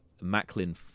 Macklin